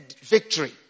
victory